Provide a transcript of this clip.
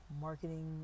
marketing